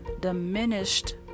diminished